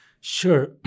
Sure